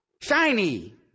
Shiny